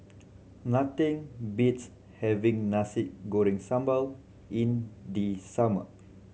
nothing beats having Nasi Goreng Sambal in the summer